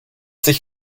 sich